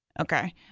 Okay